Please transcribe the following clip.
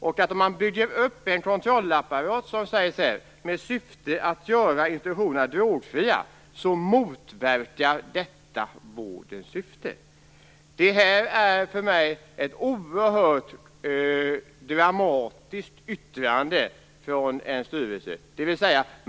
Och vad anser statsrådet om gjorda yttrande om att en kontrollapparat med syfte att helt och hållet göra institutioner drogfria skulle motverka vårdens syfte? Jag menar att det är ett oerhört dramatiskt yttrande från en styrelse.